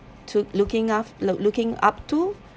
to looking up looking up to